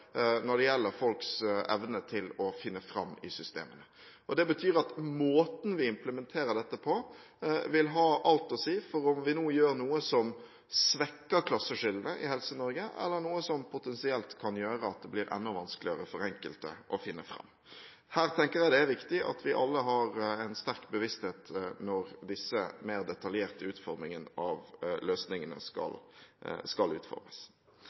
når det gjelder folks evne til å finne fram i systemene. Det betyr at måten vi implementerer dette på, vil ha alt å si for om vi nå gjør noe som svekker klasseskillene i Helse-Norge, eller noe som potensielt kan gjøre at det blir enda vanskeligere for enkelte å finne fram. Her tenker jeg det er viktig at vi alle har en sterk bevissthet når det gjelder de mer detaljerte utformingene av løsningene.